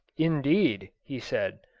indeed, he said,